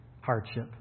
hardship